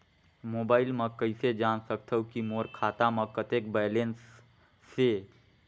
Mobile म कइसे जान सकथव कि मोर खाता म कतेक बैलेंस से?